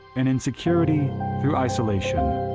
and in security through isolation.